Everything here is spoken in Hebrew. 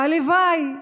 הלוואי,